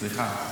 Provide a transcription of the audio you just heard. סליחה.